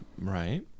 Right